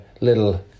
little